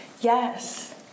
yes